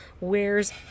wears